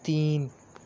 تین